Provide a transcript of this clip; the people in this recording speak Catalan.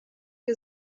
que